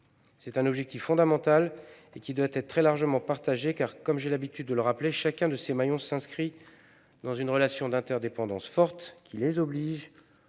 C'est un objectif fondamental qui doit être très largement partagé, car, comme j'ai l'habitude de le rappeler, chacun de ces maillons s'inscrit dans une relation d'interdépendance forte, qui les oblige,